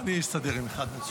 אני אסתדר עם אחד.